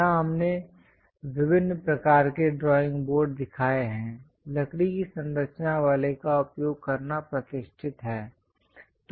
यहां हमने विभिन्न प्रकार के ड्राइंग बोर्ड दिखाए हैं लकड़ी की संरचना वाले का उपयोग करना प्रतिष्ठित है